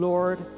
Lord